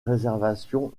réservation